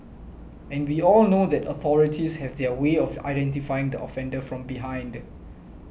and we all know that authorities have their way of identifying the offender from behind